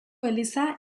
eliza